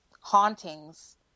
hauntings